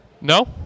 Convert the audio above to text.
No